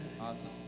awesome